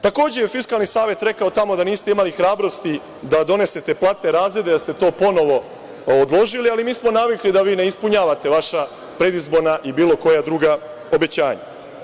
Takođe je Fiskalni savet rekao tamo da niste imali hrabrosti da donesete platne razrede, da ste to ponovo odložili, ali mi smo navikli da vi ne ispunjavate vaša predizborna i bilo koja druga obećanja.